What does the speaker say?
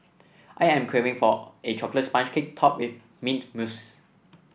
I am craving for a chocolate sponge cake topped with mint mousse